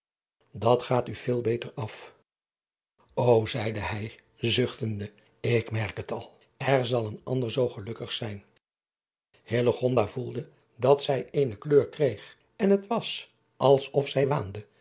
dat gaat u veel beter of o eide hij zuchtende ik merk het al er zal een ander zoo gelukkig zijn voelde dat zij eene kleur kreeg en t was als of zij waande